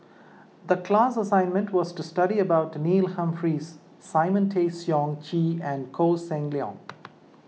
the class assignment was to study about Neil Humphreys Simon Tay Seong Chee and Koh Seng Leong